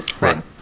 Right